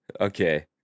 Okay